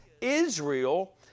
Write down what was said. Israel